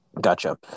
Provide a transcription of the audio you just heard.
gotcha